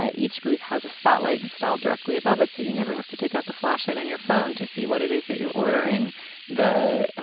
ah each booth has a spotlight installed directly above it so you never have to take out the flashlight and your phone to see what it is that you're ordering the